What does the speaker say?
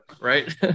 right